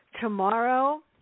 tomorrow